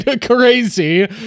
crazy